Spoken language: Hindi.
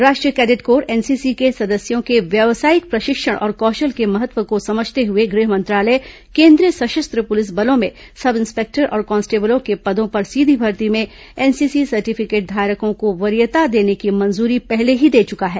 राष्ट्रीय केडेट कोर एनसीसी के सदस्यों के व्यावसायिक प्रशिक्षण और कौशल के महत्व को समझते हुए गृह मंत्रालय केंद्रीय सशस्त्र पुलिस बलों में सब इंस्पेक्टर और कांस्टेबलों के पदों पर सीधी भर्ती में एनसीसी सर्टिफिकेट धारकों को वरीयता देने की मंजूरी पहले ही दे चुका है